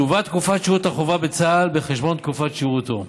תובא תקופת שירות החובה בצה"ל בחשבון תקופת שירותו.